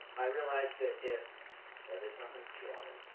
i realized that if yeah there's nothing to chew on